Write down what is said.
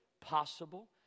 possible